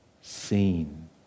seen